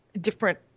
different